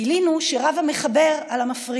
גילינו שרב המחבר על המפריד: